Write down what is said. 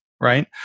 Right